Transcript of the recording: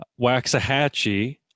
Waxahachie